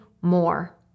more